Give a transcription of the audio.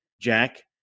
Jack